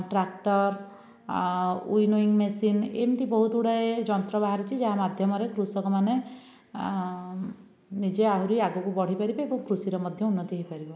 tractor winnowing machine ଏମିତି ବହୁତ ଗୁଡ଼ାଏ ଯନ୍ତ୍ର ବାହାରିଛି ଯାହା ମାଧ୍ୟମରେ କୃଷକମାନେ ନିଜ ଆହୁରି ଆଗକୁ ବଢ଼ି ପାରିବେ ଏବଂ କୃଷିର ମଧ୍ୟ ଉନ୍ନତି ହୋଇପାରିବ